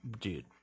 dude